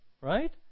Right